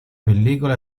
pellicola